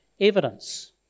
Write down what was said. evidence